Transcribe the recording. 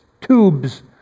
tubes